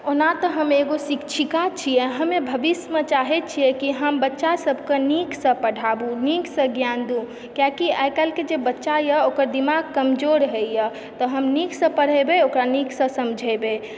ओना तऽ हम एगो शिक्षिका छियै हमे भविष्यमे चाहय छियै कि हम बच्चासभकेँ नीकसँ पढ़ाबु नीकसँ ज्ञान दु किआकि आइकाल्हिके जे बच्चाए ओकर दिमाग कमजोर होइए तऽ हम नीकसँ पढ़ेबय ओकरा नीकसँ समझेबय